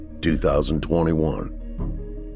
2021